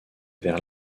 vers